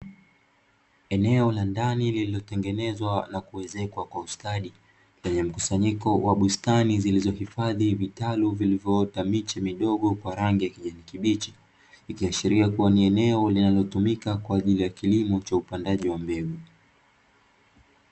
Eneo la ndani lililo tengenezwa na kuezekwa kwa ustadi lenye mkusanyiko wa bustani zilizo hifadhi vitalu vilivyoota miche midogo kwa rangi ya kijani kibichi, ikiashiria kuwa ni eneo linalotumika kwa ajili ya kilimo cha upandaji wa mbegu.